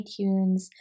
iTunes